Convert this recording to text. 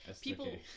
people